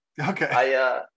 Okay